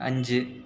അഞ്ച്